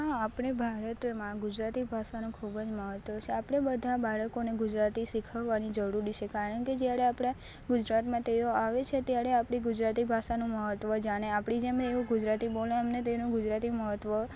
હા આપણે ભારતમાં ગુજરાતી ભાષાનું ખૂબ જ મહત્વ છે આપણે બધાં બાળકોને ગુજરાતી શિખવવાની જરૂર છે કારણકે જ્યારે આપણે ગુજરાતમાં તેઓ આવે છે ત્યારે આપણી ગુજરાતી ભાષાનું મહત્વ જાણે આપણી જેમ એ ગુજરાતી બોલે એનું ગુજરાતી મહત્વ